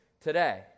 today